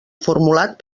formulat